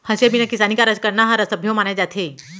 हँसिया बिना किसानी कारज करना ह असभ्यो माने जाथे